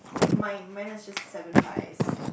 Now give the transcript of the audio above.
mine mine is just seven pies